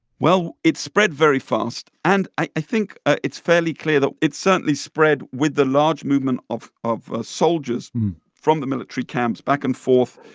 well, it spread very fast, and i think it's fairly clear that it certainly spread with the large movement of of soldiers from the military camps back and forth,